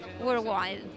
worldwide